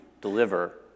deliver